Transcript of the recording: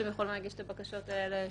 שהם יכולים להגיש את הבקשות האלה,